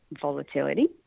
volatility